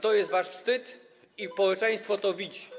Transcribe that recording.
To jest wasz wstyd i społeczeństwo to widzi.